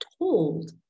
told